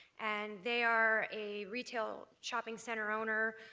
and they are a retail shopping center owner.